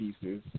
pieces